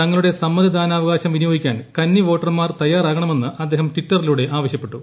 തങ്ങളുടെ സമ്മതിദാനാവകാശം വിനിയോഗിക്കാൻ കന്നി വോട്ടർമാർ തയ്യാറ വണമെന്ന് അദ്ദേഹം ട്വിറ്ററിലൂടെ ആവശ്യപ്പെട്ടു